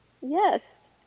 yes